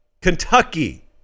Kentucky